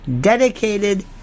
dedicated